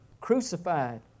crucified